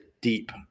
deep